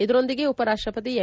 ಇದರೊಂದಿಗೆ ಉಪರಾಷ್ಟಪತಿ ಎಂ